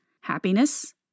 Happiness